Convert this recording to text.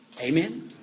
Amen